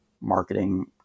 marketing